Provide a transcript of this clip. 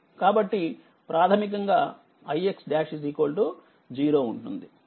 కాబట్టి ప్రాథమికంగాix| 0 ఉంటుంది